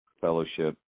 fellowship